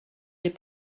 les